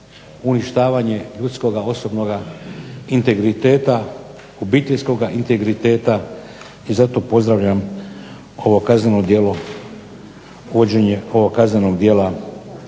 uništavanje ljudskoga, osobnoga integriteta, obiteljskoga integriteta i zato pozdravljam ovo kazneno djelo, uvođenje ovog kaznenog djela